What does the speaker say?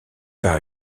par